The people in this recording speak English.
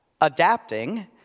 adapting